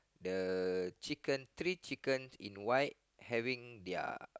the chicken three chicken in white having their